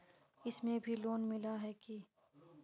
इसमें भी लोन मिला है की